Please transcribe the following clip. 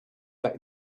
back